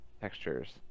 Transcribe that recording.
textures